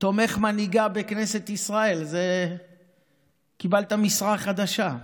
תומך מנהיגה בכנסת ישראל, קיבלת משרה חדשה.